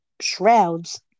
shrouds